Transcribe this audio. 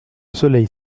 soleil